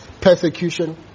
persecution